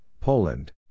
Poland